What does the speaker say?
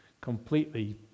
completely